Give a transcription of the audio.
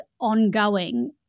ongoing